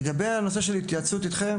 לגבי הנושא של התייעצות איתכם